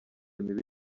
mibi